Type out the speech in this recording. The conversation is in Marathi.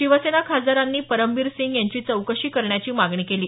शिवसेना खासदारांनी परमबीर सिंग यांची चौकशी करण्याची मागणी केली